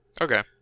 Okay